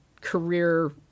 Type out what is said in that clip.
career